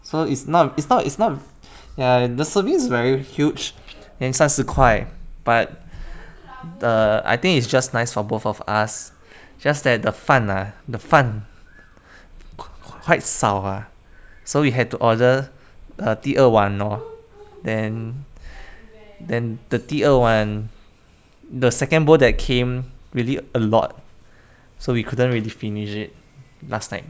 so it's not it's not it's not ya the serving is very huge and 三十块 but the I think it's just nice for both of us just that the 饭啦 the 饭 quite 少 ah so we had to order a 第二碗 lor then then the 第二碗 the second bowl that came really a lot so we couldn't really finish it last night